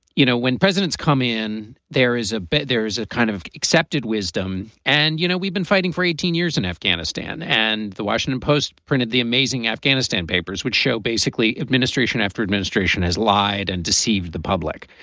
you know, when presidents come in, there is a bit there's a kind of accepted wisdom. and, you know, we've been fighting for eighteen years in afghanistan. and the washington post printed the amazing afghanistan papers, which show basically administration after administration has lied and deceived the public.